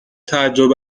تعجب